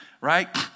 right